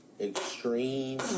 extreme